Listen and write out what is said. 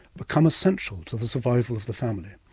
become essential to the survival of the family.